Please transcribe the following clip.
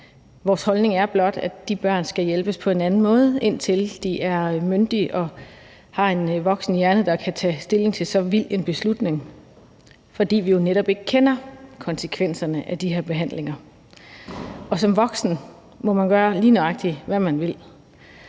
Vores holdning er blot, at de børn skal hjælpes på en anden måde, indtil de er myndige og har en voksen hjerne, der kan tage stilling til så vild en beslutning, fordi vi jo netop ikke kender konsekvenserne af de her behandlinger. Som voksen må man gøre, lige nøjagtig hvad man vil.